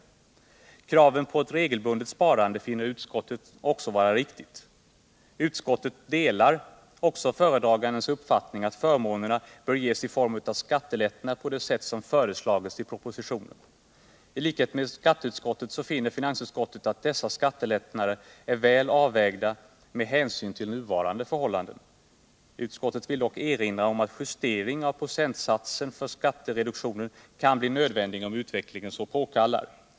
Utskottet finner det också riktigt att man kräver ett regelbundet sparande, och utskottet delar föredragandens uppfattning att förmånerna bör ges i form av skattelättnad på det sätt som föreslagits i propositionen. I likhet med skatteutskottet finner även finansutskottet att dessa skattelättnader är väl avvägda med hänsyn till nuvarande förhållanden. Utskottet vill dock erinra Värdesäkert lön sparande Värdesäkert lönsparande om all justering av procentsatsen för skattereduktionen kan bli nödvändig om utvecklingen så påkallar.